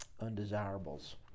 undesirables